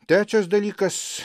trečias dalykas